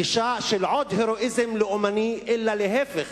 גישה של עוד הירואיזם לאומני, אלא להיפך,